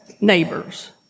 neighbors